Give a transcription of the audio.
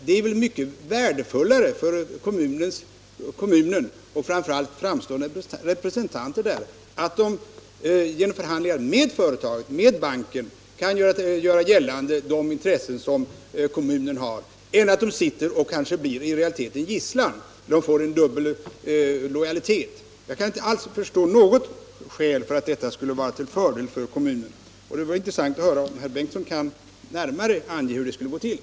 Är det inte mycket mera värdefullt för kommunen och framför allt för dess mera framstående representanter att göra kommunens intressen gällande genom förhandlingar med företaget eller banken än att kommunen utser styrelserepresentanter som i realiteten kanske mer sitter som gisslan? De får ju en dubbel lojalitet. Jag kan inte förstå att det finns något skäl för att den ordning som föreslås i propositionen skulle vara till fördel för kommunen, och det vore intressant att få höra om herr Bengtsson kan ange hur det skulle gå till.